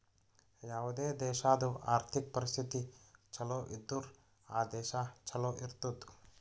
ಯಾವುದೇ ದೇಶಾದು ಆರ್ಥಿಕ್ ಪರಿಸ್ಥಿತಿ ಛಲೋ ಇದ್ದುರ್ ಆ ದೇಶಾ ಛಲೋ ಇರ್ತುದ್